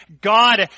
God